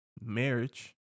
marriage